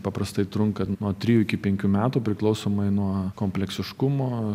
paprastai trunka nuo trijų iki penkių metų priklausomai nuo kompleksiškumo